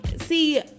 see